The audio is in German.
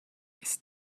ist